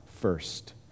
first